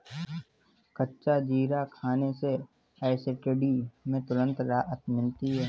कच्चा जीरा खाने से एसिडिटी में तुरंत राहत मिलती है